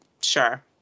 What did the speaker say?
sure